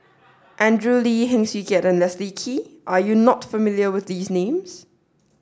Andrew Lee Heng Swee Keat and Leslie Kee Are you not familiar with these names